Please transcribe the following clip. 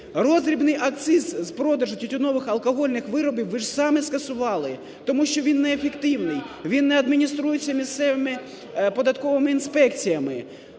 Роздрібний акциз з продажу тютюнових, алкогольних виробів ви ж самі скасували, тому що він неефективний, він не адмініструється місцевими податковими інспекціями